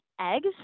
eggs